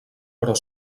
però